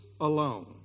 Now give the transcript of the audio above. alone